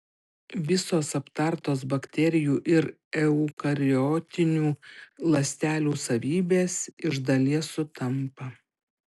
visos aptartos bakterijų ir eukariotinių ląstelių savybės iš dalies sutampa